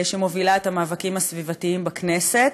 שמובילה את המאבקים הסביבתיים בכנסת.